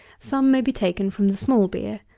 some may be taken from the small beer.